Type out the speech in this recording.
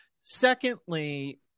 Secondly